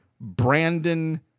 Brandon